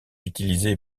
utilisé